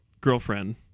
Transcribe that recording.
girlfriend